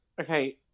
Okay